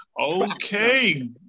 Okay